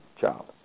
job